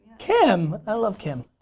kim. i love kim.